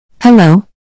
Hello